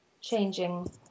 changing